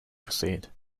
proceed